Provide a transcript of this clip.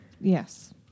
Yes